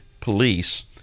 Police